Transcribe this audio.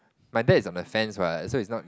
my dad is on the fence what so is not